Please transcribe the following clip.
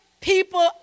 people